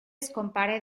scompare